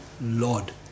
Lord